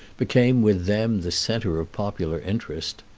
became with them the centre of popular interest.